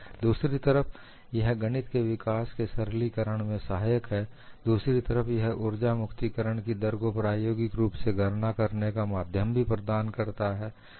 दूसरी तरफ यह गणित के विकास के सरलीकरण में सहायक है दूसरी तरफ यह ऊर्जा मुक्ति करण की दर को प्रायोगिक रूप से गणना करने का माध्यम भी प्रदान करता है